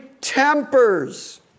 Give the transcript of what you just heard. tempers